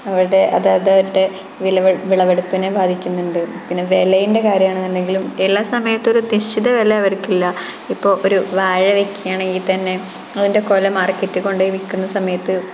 അവിടെ അതായത് അവരുടെ വിളവെടുപ്പിനെ ബാധിക്കുന്നുണ്ട് പിന്നെ വിലയുടെ കാര്യമാണെന്നുണ്ടെങ്കിലും എല്ലാ സമയത്തും ഒരു നിശ്ചിത വില അവർക്കില്ല ഇപ്പോള് ഒരു വാഴ വെക്കുകയാണെങ്കില് തന്നെ അതിൻ്റെ കുല മാർക്കറ്റില് കൊണ്ടുപോയി വില്ക്കുന്ന സമയത്ത്